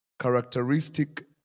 Characteristic